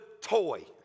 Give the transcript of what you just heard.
toy